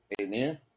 Amen